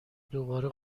دوباره